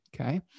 Okay